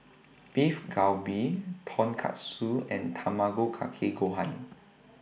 Beef Galbi Tonkatsu and Tamago Kake Gohan